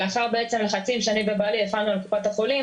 לאחר לחצים שאני ובעלי הפעלנו על קופת החולים